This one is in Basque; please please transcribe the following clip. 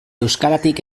euskaratik